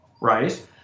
right